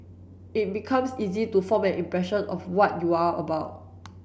it becomes easy to form an impression of what you are about